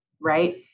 right